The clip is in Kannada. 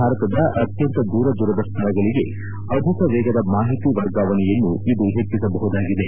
ಭಾರತದ ಅತ್ಯಂತ ದೂರದೂರದ ಸ್ವಳಗಳಿಗೆ ಅಧಿಕ ವೇಗದ ಮಾಹಿತಿ ವರ್ಗಾವಣೆಯನ್ನು ಇದು ಹೆಚ್ಚಿಸಬಹುದಾಗಿದೆ